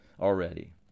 already